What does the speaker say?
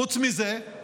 חוץ מזה,